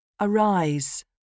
arise